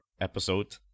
episode